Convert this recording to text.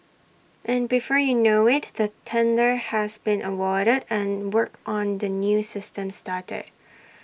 and before you know IT the tender has been awarded and work on the new system started